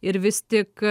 ir vis tik